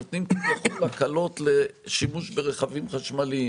נותנים כביכול הקלות לשימוש ברכבים חשמליים.